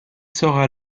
sera